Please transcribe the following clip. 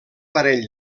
parell